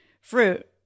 fruit